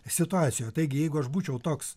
situacijoje taigi jeigu aš būčiau toks